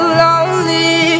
lonely